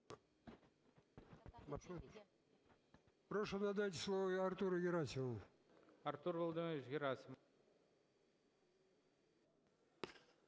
Дякую.